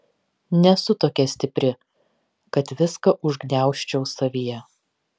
nesu tokia stipri kad viską užgniaužčiau savyje